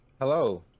hello